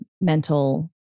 mental